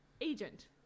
agent